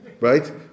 Right